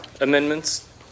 amendments